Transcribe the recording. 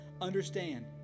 understand